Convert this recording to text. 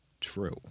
true